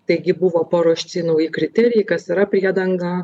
taigi buvo paruošti nauji kriterijai kas yra priedanga